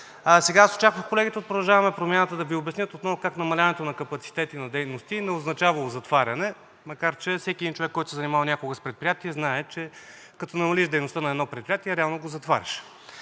Аз очаквах колегите от Промяната да Ви обяснят отново как намаляването на капацитета на дейности не означавало затваряне, макар че всеки един човек, който се е занимавал някога с предприятия, знае, че като намалиш дейността на едно предприятие, реално го затваряш.